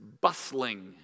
bustling